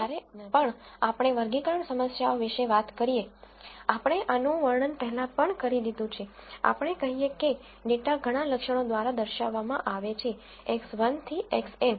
હવે જ્યારે પણ આપણે વર્ગીકરણ સમસ્યાઓ વિશે વાત કરીએ આપણે આનું વર્ણન પહેલાં પણ કરી દીધું છે આપણે કહીએ કે ડેટા ઘણા લક્ષણો દ્વારા દર્શાવવામાં આવે છે X1 થી Xn